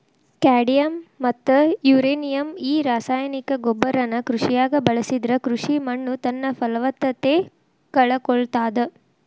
cadmium ಮತ್ತ uranium ಈ ರಾಸಾಯನಿಕ ಗೊಬ್ಬರನ ಕೃಷಿಯಾಗ ಬಳಸಿದ್ರ ಕೃಷಿ ಮಣ್ಣುತನ್ನಪಲವತ್ತತೆ ಕಳಕೊಳ್ತಾದ